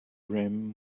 rim